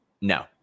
No